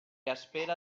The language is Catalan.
espera